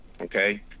okay